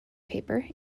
paper